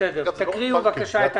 תקריאו בבקשה.